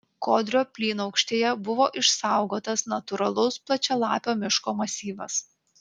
kodrio plynaukštėje buvo išsaugotas natūralaus plačialapio miško masyvas